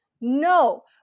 No